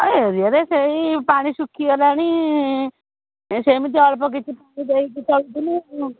ଏରିଆରେ ସେହି ପାଣି ଶୁଖି ଗଲାଣି ସେମିତି ଅଳ୍ପ କିଛି ଦେଇକି ଚଳୁଥିଲୁ